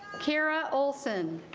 keira olsen